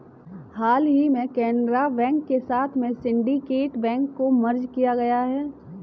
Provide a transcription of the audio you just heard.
हाल ही में केनरा बैंक के साथ में सिन्डीकेट बैंक को मर्ज किया गया है